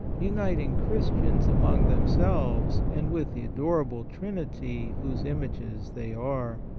uniting christians among themselves and with the adorable trinity whose images they are,